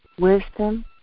wisdom